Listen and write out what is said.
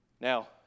Now